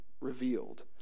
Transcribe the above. revealed